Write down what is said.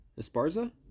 Esparza